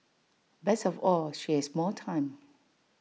best of all she has more time